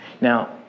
Now